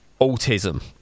autism